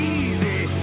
easy